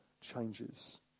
changes